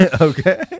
Okay